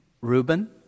Reuben